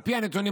על פי הנתונים,